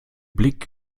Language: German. blick